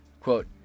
Quote